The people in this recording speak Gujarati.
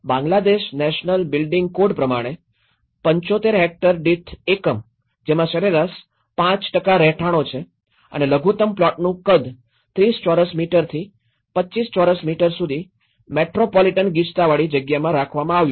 બાંગ્લાદેશ નેશનલ બિલ્ડિંગ કોડ પ્રમાણે ૭૫ હેક્ટર દીઠ એકમ જેમાં સરેરાશ 5 રહેઠાણો છે અને લઘુત્તમ પ્લોટનું કદ ૩૦ ચોરસ મીટરથી ૨૫ ચોરસ મીટર સુધી મેટ્રોપોલિટન ગીચતાવાળી જગ્યામાં રાખવામાં આવ્યું છે